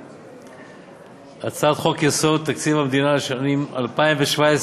הצעת חוק-יסוד: תקציב המדינה לשנים 2017